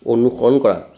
অনুসৰণ কৰা